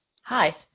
Hi